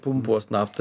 pumpuos naftą